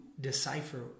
decipher